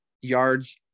yards